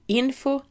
info